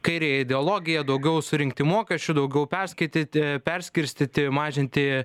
kairiąją ideologiją daugiau surinkti mokesčių daugiau perskaityti perskirstyti mažinti